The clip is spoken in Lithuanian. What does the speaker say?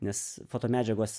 nes fotomedžiagos